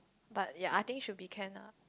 but ya I think should be can ah